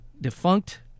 defunct